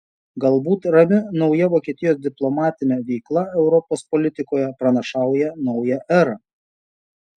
galbūt rami nauja vokietijos diplomatinė veikla europos politikoje pranašauja naują erą